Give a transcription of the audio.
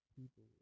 people